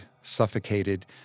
suffocated